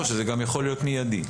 שזה גם יכול להיות מיידי.